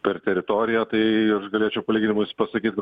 per teritoriją tai aš galėčiau palyginimus pasakyt